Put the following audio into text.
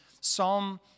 Psalm